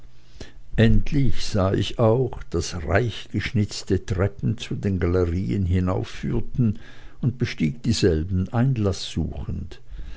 endlich sah ich auch daß reichgeschnitzte treppen zu den galerien hinaufführten und bestieg dieselben einlaß suchend